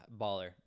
baller